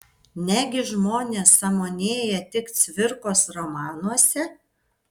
negi žmonės sąmonėja tik cvirkos romanuose